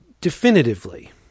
definitively